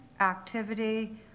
activity